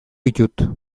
ditut